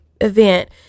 event